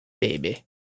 Baby